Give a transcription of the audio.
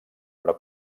però